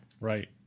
Right